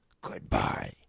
goodbye